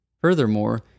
Furthermore